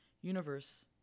universe